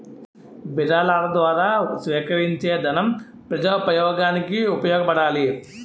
విరాళాల ద్వారా సేకరించేదనం ప్రజోపయోగానికి ఉపయోగపడాలి